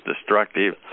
destructive